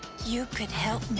you could help